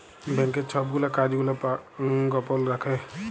ব্যাংকের ছব গুলা কাজ গুলা গপল রাখ্যে